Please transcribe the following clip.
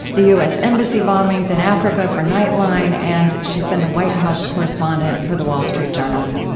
the us embassy bombings in africa for nightline, and she's been the white house correspondent for the wall street journal.